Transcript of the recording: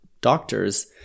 doctors